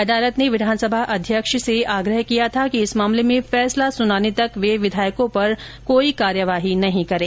अदालत ने विधानसभा अध्यक्ष से आग्रह किया था कि इस मामले में फैसला सुनाने तक र्व विधायकों पर कोई कार्यवाही नहीं करें